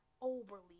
overly